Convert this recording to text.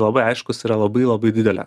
labai aiškus yra labai labai didelė